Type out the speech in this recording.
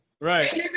Right